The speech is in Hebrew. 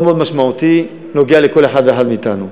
מאוד מאוד משמעותי, נוגע בכל אחד ואחד מאתנו.